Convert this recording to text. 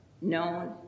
known